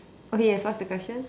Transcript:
okay yes what's the question